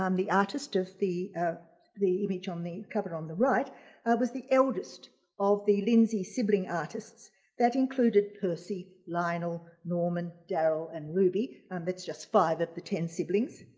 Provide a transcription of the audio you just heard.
um the artist of the ah the image on the cover on the right was the eldest of the lindsay sibling artists that included percy, lionel, norman, darryl, and ruby and it's just five of the ten siblings